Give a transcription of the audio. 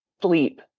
sleep